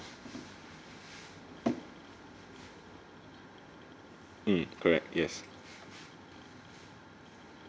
mm correct yes